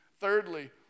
Thirdly